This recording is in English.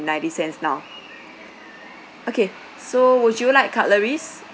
ninety cents now okay so would you like cutleries